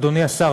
אדוני השר,